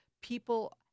people